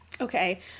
okay